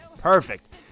Perfect